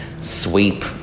sweep